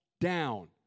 down